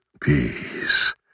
peace